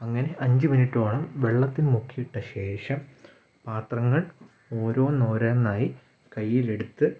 അങ്ങനെ അഞ്ചു മിനിറ്റോളം വെള്ളത്തിൽ മുക്കിയിട്ട ശേഷം പാത്രങ്ങൾ ഓരോന്നോരോന്നായി കയ്യിലെടുത്ത്